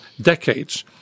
decades